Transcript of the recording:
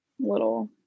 little